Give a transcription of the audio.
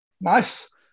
Nice